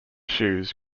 shoes